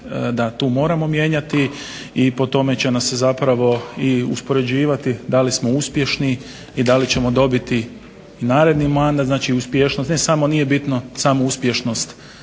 da tu moramo mijenjati i po tome će nas zapravo i uspoređivati da li smo uspješni i da li ćemo dobiti naredni mandat. Znači uspješnost ne samo, nije bitno samo uspješnost